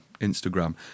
Instagram